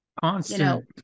Constant